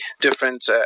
different